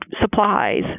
supplies